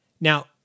Now